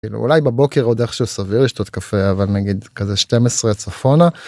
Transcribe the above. אולי בבוקר עוד איכשהו סביר לשתות קפה אבל נגיד כזה 12 צפונה.